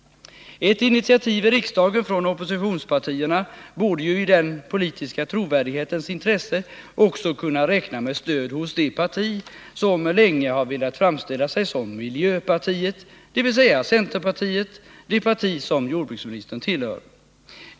Ett initiativ i riksdagen från oppositionspartierna borde ju i den politiska trovärdighetens intresse också kunna räkna med stöd hos det parti som länge velat framställa sig som miljöpartiet — dvs. centerpartiet, det parti som jordbruksministern tillhör.